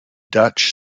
dutch